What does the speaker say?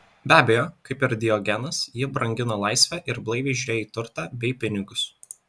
be abejo kaip ir diogenas ji brangino laisvę ir blaiviai žiūrėjo į turtą bei pinigus